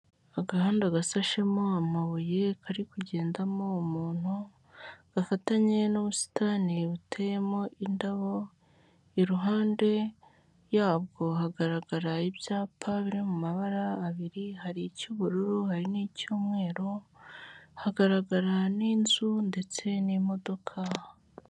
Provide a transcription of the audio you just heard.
Agahanda gasashemo amabuye kari kugendamo umuntu gafatanye n'ubusitani buteyemo indabo, iruhande yabwo hagaragara ibyapa biri mu mabara abiri, hari icy'ubururu, hari n'icy'umweru, hagaragara n'inzu ndetse n'imodoka.